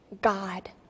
God